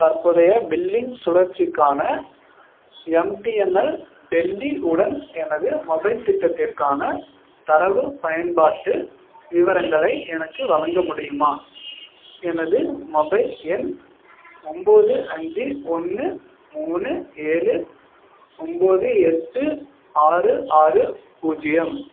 தற்போதைய பில்லிங் சுழற்சிக்கான எம்டிஎன்எல் டெல்லி உடன் எனது மொபைல் திட்டத்திற்கான தரவு பயன்பாட்டு விவரங்களை எனக்கு வழங்க முடியுமா எனது மொபைல் எண் ஒம்பது அஞ்சு ஒன்று மூணு ஏழு ஒம்பது எட்டு ஆறு ஆறு பூஜ்ஜியம்